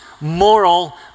moral